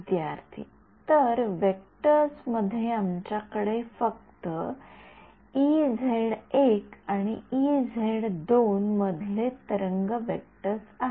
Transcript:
विद्यार्थी तर वेक्टर मध्ये आमच्याकडे फक्त संदर्भ वेळ १४४२ आणि मधले तरंग वेक्टर आहेत